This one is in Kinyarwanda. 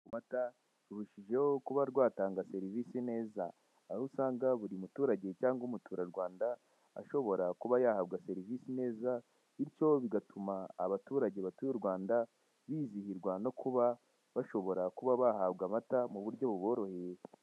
Amata rurushijeho kuba rwatanga serivisi neza, aho usanga buri muturage cyangwa umuturarwanda ashobora kuba yahabwa serivisi neza, bityo bigatuma abaturage batuye u Rwanda bizihirwa no kuba bashobora kuba bahabwa amata mu buryo buboroheye.